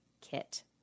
kit